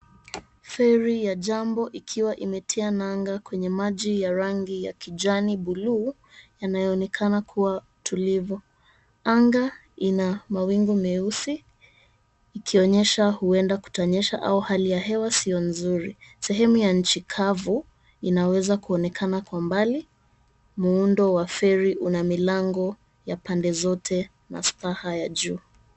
Feri ya 'JAMBO' ikiwa imetia nanga kwenye maji ya rangi ya 'blue' yanayo onekana kua tulivu. Anga in mawingu meusi ikionyesha huenda kutanyesha au hali ya hewa sio nzuri. Sehemu ya nchi kavu inaweza kuonekana kwa umbali. Muundo wa feri una milango ya pande zote na staha ya juu.